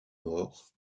morts